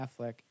Affleck